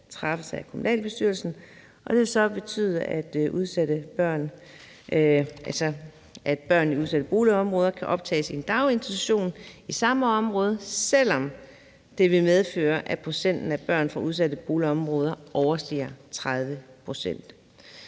træffes af kommunalbestyrelsen, og det vil så betyde, at børn i udsatte boligområder kan optages i en daginstitution i samme område, selv om det vil medføre, at procenten af børn fra udsatte boligområder overstiger 30 pct.